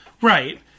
Right